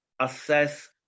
assess